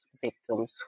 victims